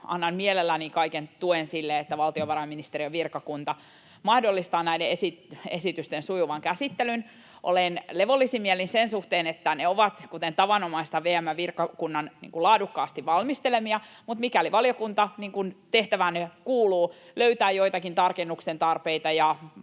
annan mielelläni kaiken tuen sille, että valtiovarainministeriön virkakunta mahdollistaa näiden esitysten sujuvan käsittelyn. Olen levollisin mielin sen suhteen, että ne ovat, kuten tavanomaista, VM:n virkakunnan laadukkaasti valmistelemia, mutta mikäli valiokunta, niin kuin tehtäväänne kuuluu, löytää joitakin tarkennuksen tarpeita,